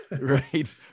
Right